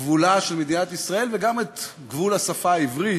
גבולה של מדינת ישראל, וגם את גבול השפה העברית,